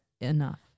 enough